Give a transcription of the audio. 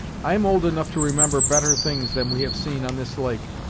i am old enough to remember better things than we have seen on this lake,